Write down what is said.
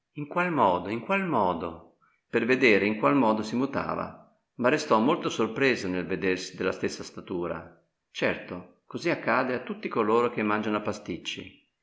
in qual modo in qual modo per vedere in qual modo si mutava ma restò molto sorpresa nel vedersi della stessa statura certo così accade a tutti coloro che mangiano pasticci